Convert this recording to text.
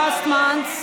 ישראל,